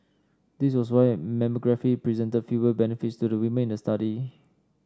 this was why mammography presented fewer benefits to the women in the study